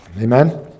Amen